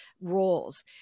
roles